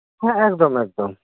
ᱦᱮᱸ ᱮᱠᱫᱚᱢ ᱮᱠᱫᱚᱢ